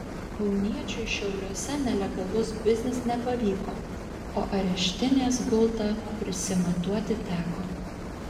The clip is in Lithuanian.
kauniečiui šiauliuose nelegalus biznis nepavyko o areštinės gultą prisimatuoti teko